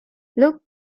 look